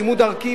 לימוד ערכי,